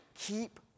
keep